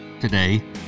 today